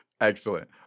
Excellent